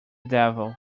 devil